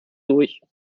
durch